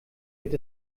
wird